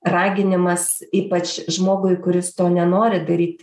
raginimas ypač žmogui kuris to nenori daryt